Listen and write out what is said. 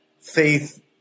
faith